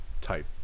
type